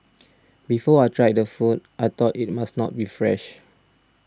before I tried the food I thought it must not be fresh